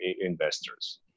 investors